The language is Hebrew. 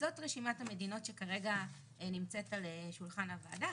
זאת רשימת המדינות שכרגע נמצאת על שולחן הוועדה,